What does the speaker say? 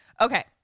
Okay